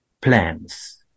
plans